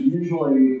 usually